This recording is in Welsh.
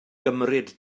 gymryd